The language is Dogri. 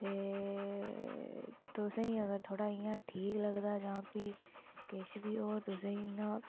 ते तुसें गी इयां अगर थोह्ड़ा ठीक लगदा जां इयां फिह् किश बी होर तुसेंगी इयां